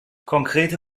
konkrete